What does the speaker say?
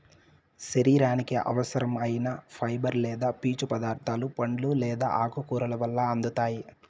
శరీరానికి అవసరం ఐన ఫైబర్ లేదా పీచు పదార్థాలు పండ్లు లేదా ఆకుకూరల వల్ల అందుతాయి